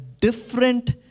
different